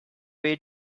way